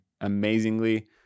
amazingly